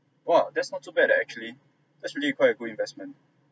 !wah! that's not too bad eh actually that's really quite a good investment